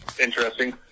interesting